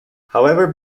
however